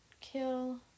kill